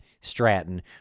Stratton